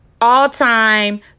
all-time